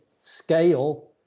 scale